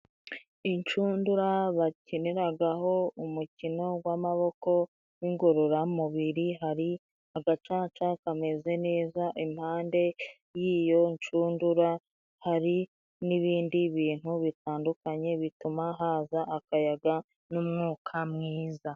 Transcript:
Inshundura bakiniragaho umukino w'amaboko w'ingororamubiri, hari agacaca kameze neza impande y'iyo nshundura hari n'ibindi bintu bitandukanye bituma haza akayaga n'umwuka mwiza.